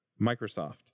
Microsoft